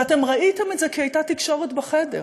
ואתם ראיתם את זה כי הייתה תקשורת בחדר,